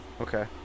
Okay